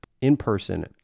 in-person